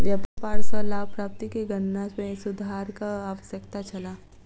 व्यापार सॅ लाभ प्राप्ति के गणना में सुधारक आवश्यकता छल